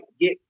get